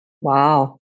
Wow